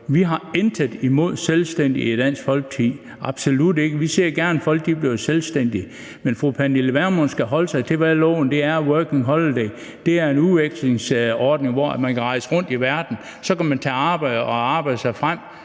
Vi har intet imod selvstændige i Dansk Folkeparti, absolut ikke. Vi ser gerne, at folk bliver selvstændige. Men fru Pernille Vermund skal holde sig til, hvad loven er, og hvad Working Holiday er. Det er en udvekslingsordning, hvor man kan rejse rundt i verden, og så kan man tage arbejde og arbejde sig frem